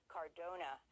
Cardona